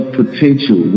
potential